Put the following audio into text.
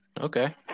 Okay